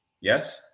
yes